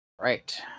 Right